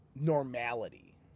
normality